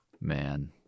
man